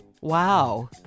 Wow